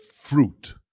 fruit